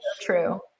True